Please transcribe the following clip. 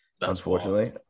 unfortunately